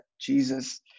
jesus